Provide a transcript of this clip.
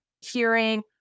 hearing